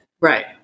Right